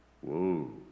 Whoa